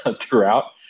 throughout